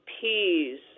peas